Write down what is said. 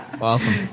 Awesome